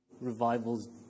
revivals